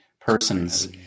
persons